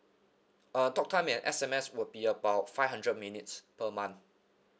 uh talk time and S_M_S will be about five hundred minutes per month